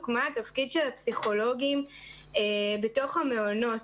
מה התפקיד של הפסיכולוגים בתוך המעונות.